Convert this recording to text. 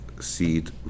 seed